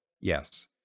Yes